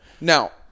Now